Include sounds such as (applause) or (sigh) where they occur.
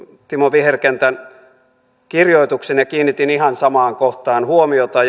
timo viherkentän kirjoituksen ja kiinnitin ihan samaan kohtaan huomiota (unintelligible)